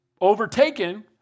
overtaken